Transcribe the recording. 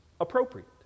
appropriate